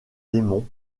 démon